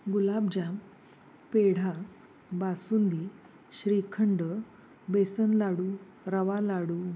गुलाबजाम peda basundi shrikhand besan laddoo rava लाडू